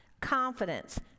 confidence